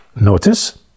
Notice